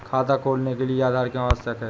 खाता खोलने के लिए आधार क्यो आवश्यक है?